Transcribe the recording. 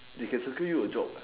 they can secure you a job